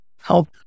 help